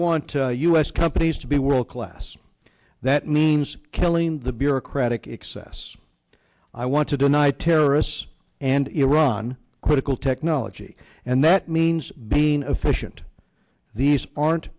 want us companies to be world class that means killing the bureaucratic excess i want to deny terrorists a and iran critical technology and that means being efficient these aren't